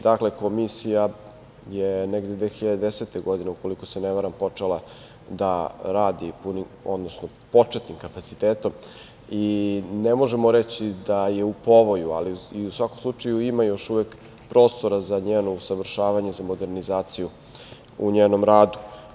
Dakle, Komisija je negde 2010. godine, ukoliko se ne varam, počela da radi početnim kapacitetom i ne možemo reći da je u povoju, ali u svakom slučaju ima još uvek prostora za njeno usavršavanje, za modernizaciju u njenom radu.